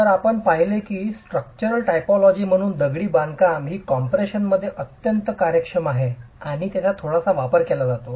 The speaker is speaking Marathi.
तर आम्ही पाहिले की स्ट्रक्चरल टायपोलॉजी म्हणून दगडी बांधकाम ही कॉम्प्रेशन मधे अंतर्गत कार्यक्षम आहे आणि त्याचा थोडासा वापर केला जातो